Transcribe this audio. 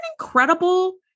incredible